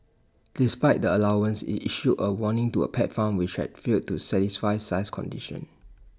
despite the allowance IT issued A warning to A pet farm which had failed to satisfy size conditions